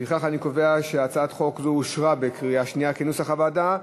לפיכך אני קובע שהצעת חוק זו אושרה בקריאה שנייה כנוסח הוועדה.